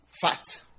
fat